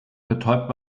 betäubt